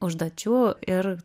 užduočių ir